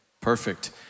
Perfect